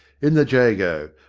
in the jago,